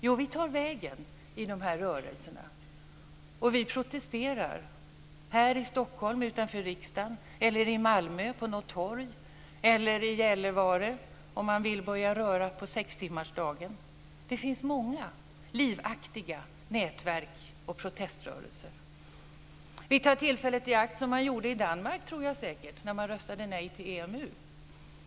Jo, vi tar vägen in i de här rörelserna, och vi protesterar - här i Stockholm utanför riksdagen, i Malmö på något torg, i Gällivare om man vill börja röra på sextimmarsdagen. Det finns många livaktiga nätverk och proteströrelser. Vi tar tillfället i akt, på samma sätt som man gjorde i Danmark när man röstade nej till EMU.